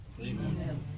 amen